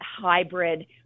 hybrid